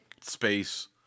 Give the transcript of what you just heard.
space